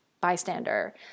bystander